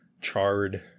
charred